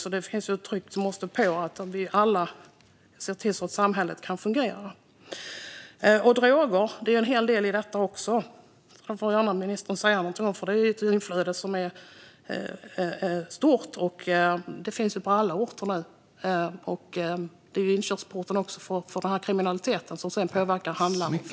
Det måste till ett tryck så att vi alla ser till att samhället kan fungera. Droger är också en stor del i detta. Det får ministern gärna säga någonting om. Inflödet är stort, och det finns på alla orter. Det är också inkörsporten till den kriminalitet som sedan påverkar handlarna.